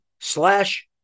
slash